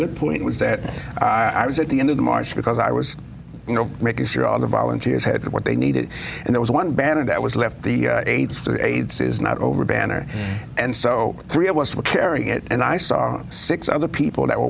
good point was that i was at the end of the march because i was you know making sure all the volunteers had what they needed and there was one banner that was left the aids for aids is not over banner and so three of us were carrying it and i saw six other people that were